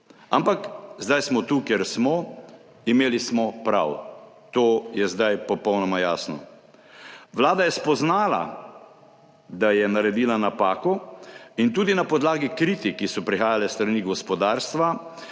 ampak zdaj smo tu, kjer smo, imeli smo prav, to je zdaj popolnoma jasno. Vlada je spoznala, da je naredila napako, in tudi na podlagi kritik, ki so prihajale s strani gospodarstva,